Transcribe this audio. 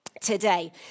today